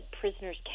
prisoners